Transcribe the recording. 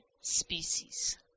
species